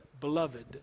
beloved